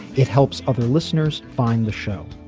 it helps other listeners find the show.